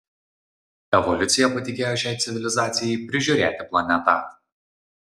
evoliucija patikėjo šiai civilizacijai prižiūrėti planetą